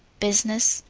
business.